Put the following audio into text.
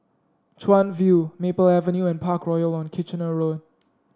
Chuan View Maple Avenue and Parkroyal on Kitchener Road